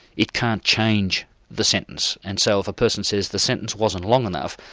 it can't change the sentence. and so if a person says the sentence wasn't long enough,